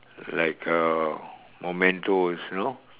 like uh mementos you know